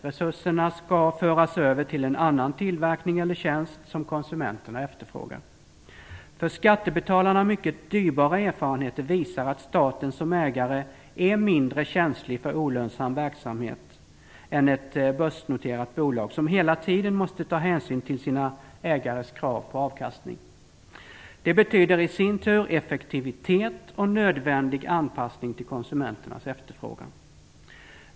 Resurserna skall föras över till en annan tillverkning eller tjänst som konsumenterna efterfrågar. För skattebetalarna mycket dyrbara erfarenheter visar att staten som ägare är mindre känslig för olönsam verksamhet än ett börsnoterat bolag, som hela tiden måste ta hänsyn till sina ägares krav på avkastning. Det betyder i sin tur effektivitet och nödvändig anpassning till konsumenternas efterfrågan.